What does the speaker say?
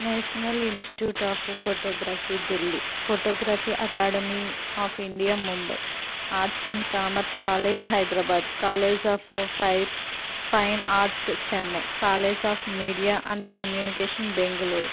national institute of photography Delhi photography academy of India Mumbai arts and commerce college Hyderabad college of fire fine arts Chennai college of media and communication Bengaluru